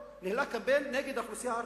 ניהלה קמפיין נגד האוכלוסייה הערבית.